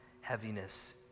heaviness